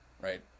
right